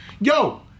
Yo